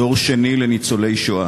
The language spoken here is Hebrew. דור שני לניצולי שואה.